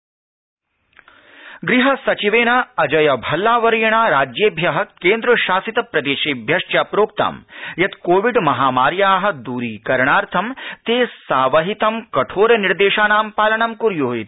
गृहसचिव राज्यानि च ग्रहसचिवेन अजय भल्लावर्येण राज्येभ्य केन्द्रशासितप्रदेशेभ्यश्च च प्रोक्तं यत् कोविड महामार्या दूरीकरणार्थं ते सावहितं कठोरनिर्देशानां पालनं कुर्यु इति